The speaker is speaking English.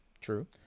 True